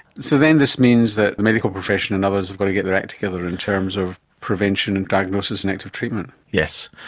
so then this means that the medical profession and others have got to get their act together in terms of prevention and diagnosis and active treatment. yes.